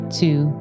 two